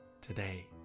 Today